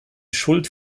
schuld